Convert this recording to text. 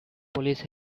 police